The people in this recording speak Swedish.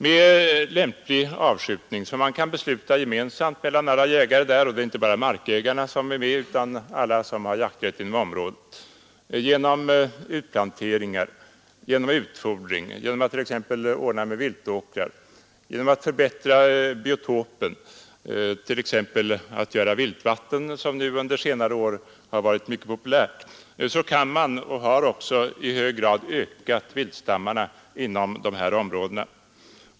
Med lämplig avskjutning, som kan beslutas gemensamt av alla jägare — det är inte bara markägarna som är med utan alla som har jakträtt inom området —, genom utplanteringar av vilt, genom utfodring — t.ex. ordnande av viltåkrar — och genom att förbättra biotopen — exempelvis genom att göra viltvatten som under senare år varit mycket populärt — kan man, vilket också skett, i hög grad öka viltstammarna inom de här områdena.